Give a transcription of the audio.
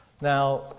Now